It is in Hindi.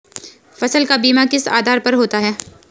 फसल का बीमा किस आधार पर होता है?